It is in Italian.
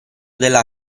della